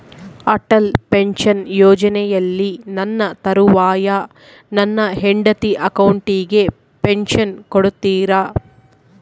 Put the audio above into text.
Atal pension ಯೋಜನೆಯಲ್ಲಿ ನನ್ನ ತರುವಾಯ ನನ್ನ ಹೆಂಡತಿ ಅಕೌಂಟಿಗೆ ಪೆನ್ಶನ್ ಕೊಡ್ತೇರಾ?